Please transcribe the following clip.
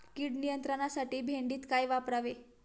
कीड नियंत्रणासाठी भेंडीत काय वापरावे?